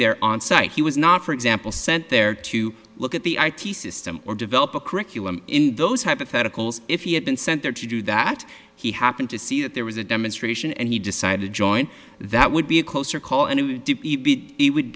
there on site he was not for example sent there to look at the i t system or develop a curriculum in those hypotheticals if he had been sent there to do that he happened to see that there was a demonstration and he decided to join that would be a closer call and it w